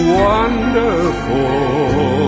wonderful